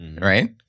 right